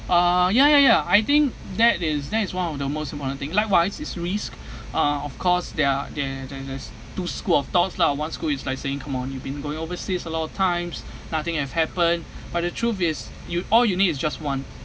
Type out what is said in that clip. uh ya ya ya I think that is that is one of the most important thing likewise is risk uh of course there are there there's there's two school of thoughts lah one school it's like saying come on you've been going overseas a lot of times nothing has happened but the truth is you all you need is just one